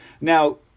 Now